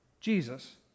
Jesus